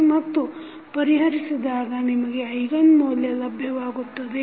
ಮತ್ತು ಪರಿಹರಿಸಿದಾಗ ನಿಮಗೆ ಐಗನ್ ಮೌಲ್ಯ ಹೀಗೆ ಲಭ್ಯವಾಗುತ್ತದೆ